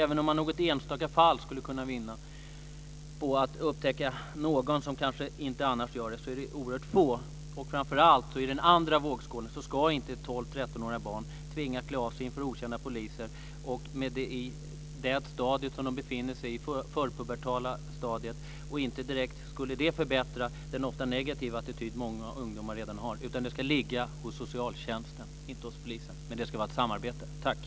Även om man i något enstaka fall skulle kunna vinna på detta, och upptäcka någon som man inte annars skulle ha upptäckt, så är det i oerhört få fall. Framför allt - och i den andra vågskålen - ska inte 12-13-åriga barn tvingas klä av sig inför okända poliser i det förpubertala stadium som de befinner sig. Det skulle inte direkt förbättra den ofta negativa attityd som många ungdomar redan har. Detta ska ligga hos socialtjänsten - inte hos polisen. Men det ska finnas ett samarbete.